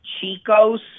Chico's